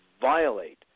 violate